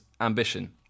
ambition